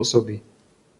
osoby